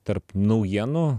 tarp naujienų